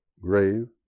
grave